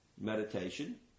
meditation